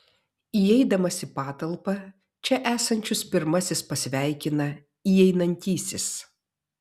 įeidamas į patalpą čia esančius pirmasis pasveikina įeinantysis